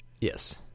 Yes